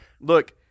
look